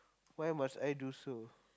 why must I do so